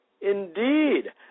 Indeed